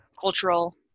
cultural